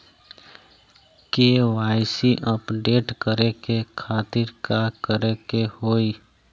KYC update करे के खातिर का करे के होई?